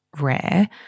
rare